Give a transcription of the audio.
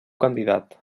candidat